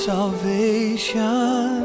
Salvation